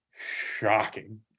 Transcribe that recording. shocking